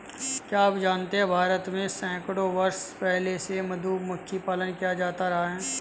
क्या आप जानते है भारत में सैकड़ों वर्ष पहले से मधुमक्खी पालन किया जाता रहा है?